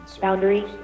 Boundary